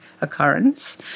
occurrence